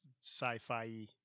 sci-fi